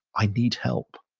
i need help.